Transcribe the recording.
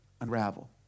unravel